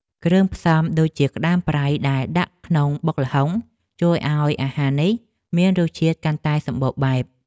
គ្រឿងផ្សំដូចជាក្តាមប្រៃដែលដាក់ក្នុងបុកល្ហុងជួយឱ្យអាហារនេះមានរសជាតិកាន់តែសម្បូរបែប។